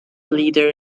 leader